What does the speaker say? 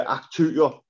aktører